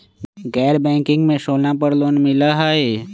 गैर बैंकिंग में सोना पर लोन मिलहई?